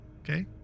Okay